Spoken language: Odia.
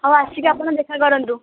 ହଉ ଆସିକି ଆପଣ ଦେଖାକରନ୍ତୁ